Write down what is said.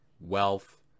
wealth